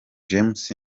james